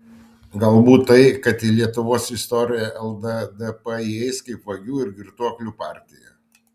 galbūt tai kad į lietuvos istoriją lddp įeis kaip vagių ir girtuoklių partija